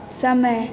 समय